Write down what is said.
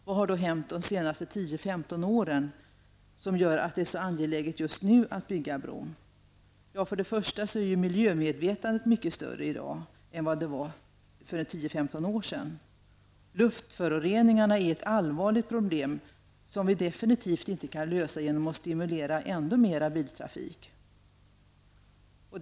Vad har då hänt under de senaste 10--15 åren som gör att det är så angeläget just nu att bygga en bro? Miljömedvetandet är mycket större i dag än det var för 10--15 år sedan. Luftföroreningarna är ett allvarligt problem, som vi inte kan lösa genom att stimulera till ännu mer biltrafik.